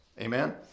Amen